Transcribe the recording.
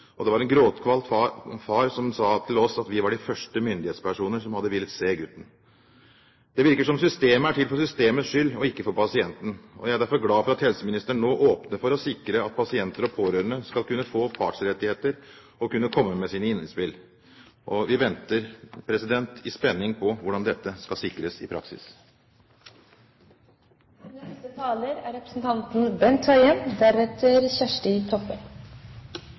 3-årsalder. Det var en gråtkvalt far som sa til oss at vi var de første myndighetspersoner som hadde villet se gutten. Det virker som om systemet er til for systemets skyld, og ikke for pasienten. Jeg er derfor glad for at helseministeren nå åpner for å sikre at pasienter og pårørende skal kunne få partsrettigheter og kunne komme med sine innspill. Vi venter i spenning på hvordan dette skal sikres i praksis. Bakgrunnen for dette forslaget er